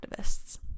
activists